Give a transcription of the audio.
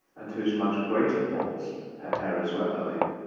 and to whose much greater faults her errors were owing,